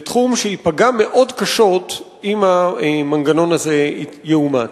לתחום שייפגע מאוד קשה אם המנגנון הזה יאומץ,